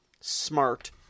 smart